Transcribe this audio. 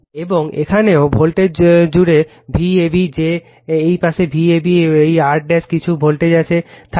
এবং এখানেও কি কল ভোল্টেজ জুড়ে কি কল যে Vab যে এই পাশে Vab এই R কিছু ভোল্টেজ আছে Refer Time 2048 থাকবে